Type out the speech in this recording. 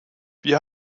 wir